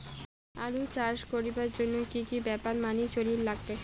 আলু চাষ করিবার জইন্যে কি কি ব্যাপার মানি চলির লাগবে?